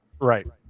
right